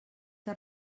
que